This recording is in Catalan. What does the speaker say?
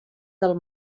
del